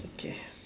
okay